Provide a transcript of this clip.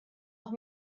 auch